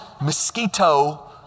mosquito